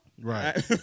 Right